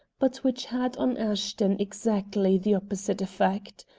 but which had on ashton exactly the opposite effect.